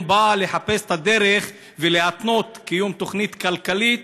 באה לחפש את הדרך ולהתנות קיום תוכנית כלכלית